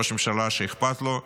ראש ממשלה שאכפת לו,